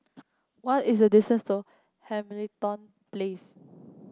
what is the distance to Hamilton Place